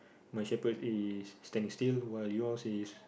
my shepherd is standing still while yours is